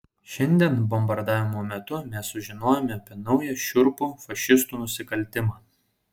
šiandien bombardavimo metu mes sužinojome apie naują šiurpų fašistų nusikaltimą